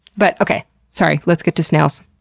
but okay. sorry. let's get to snails.